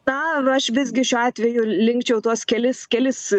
tą nu aš visgi šiuo atveju linkčiau tuos kelis kelis